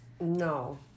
no